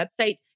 website